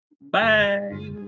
Bye